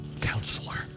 counselor